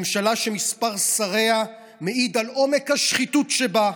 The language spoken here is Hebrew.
ממשלה שמספר שריה מעיד על עומק השחיתות שבה.